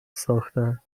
ساختن